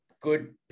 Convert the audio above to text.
good